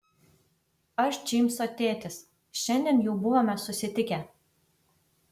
aš džeimso tėtis šiandien jau buvome susitikę